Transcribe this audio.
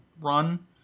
run